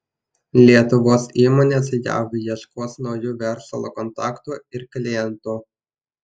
lietuvos įmonės jav ieškos naujų verslo kontaktų ir klientų